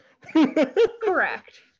Correct